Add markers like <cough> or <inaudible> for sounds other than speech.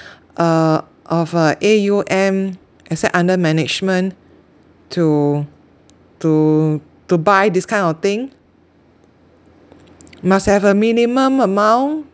<breath> uh of uh A_U_M asset under management to to to buy this kind of thing <noise> must have a minimum amount